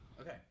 Okay